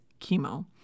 chemo